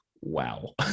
wow